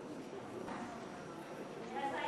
גברתי